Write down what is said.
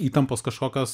įtampos kažkokios